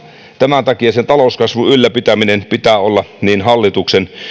tämän takia sen talouskasvun ylläpitämisen pitää olla niin hallituksen